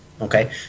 Okay